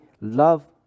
love